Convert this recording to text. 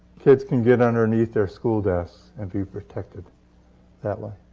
kids can get underneath their school desks and be protected that way.